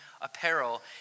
apparel